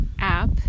app